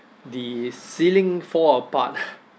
the ceiling fall apart